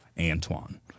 Antoine